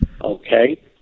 Okay